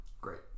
Great